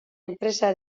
enpresa